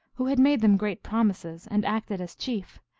who had made them great promises and acted as chief,